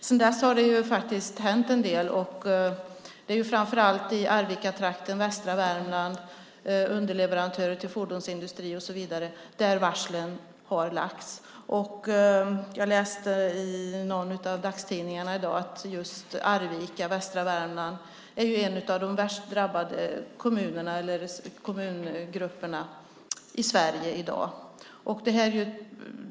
Sedan dess har det faktiskt hänt en del, och det är framför allt i Arvikatrakten i västra Värmland - det handlar om underleverantörer till fordonsindustri och så vidare - som varslen har lagts. Jag läste i någon av dagstidningarna i dag att just Arvika i västra Värmland är en av de värst drabbade kommunerna eller hör till de värst drabbade kommungrupperna i Sverige i dag.